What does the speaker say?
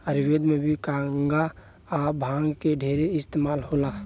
आयुर्वेद मे भी गांजा आ भांग के ढेरे इस्तमाल होला